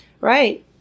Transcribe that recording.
Right